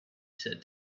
said